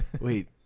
wait